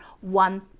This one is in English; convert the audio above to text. one